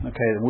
Okay